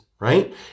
right